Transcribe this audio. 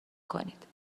کنید